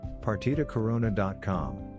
partitacorona.com